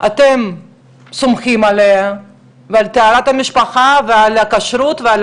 אתם סומכים עליה ועל טהרת המשפחה ועל הכשרות ועל